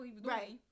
Right